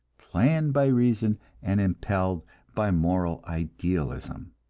planned by reason and impelled by moral idealism.